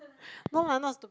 no ah not stup~